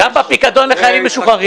גם בפיקדון לחיילים משוחררים